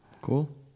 cool